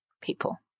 people